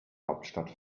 hauptstadt